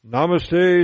Namaste